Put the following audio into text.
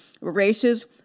races